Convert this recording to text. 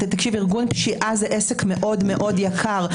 ארגון פשיעה זה עסק מאוד מאוד יקר.